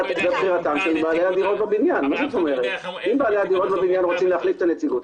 אם בעלי הדירות בבניין רוצים להחליף את הנציגות,